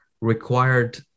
required